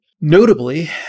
Notably